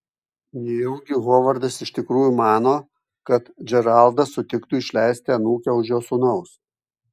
nejaugi hovardas iš tikrųjų mano kad džeraldas sutiktų išleisti anūkę už jo sūnaus